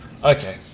Okay